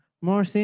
more